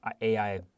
AI